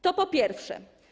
To po pierwsze.